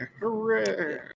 Hooray